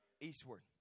eastward